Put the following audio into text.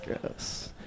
gross